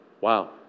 Wow